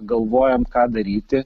galvojam ką daryti